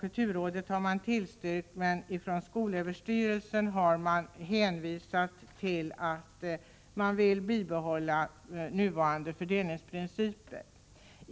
Kulturrådet har tillstyrkt denna framställning, men skolöverstyrelsen har velat bibehålla nuvarande fördelningsprinciper.